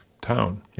town